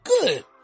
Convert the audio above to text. good